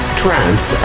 trance